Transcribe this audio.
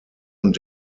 und